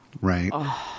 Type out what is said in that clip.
right